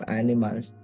animals